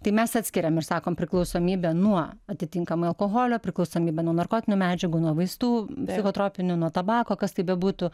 tai mes atskiriam ir sakom priklausomybė nuo atitinkamai alkoholio priklausomybė nuo narkotinių medžiagų nuo vaistų psichotropinių nuo tabako kas tai bebūtų